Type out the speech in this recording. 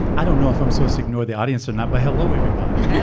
i don't know if i'm so sick, nor the audience or not. by hello. everybody